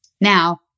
Now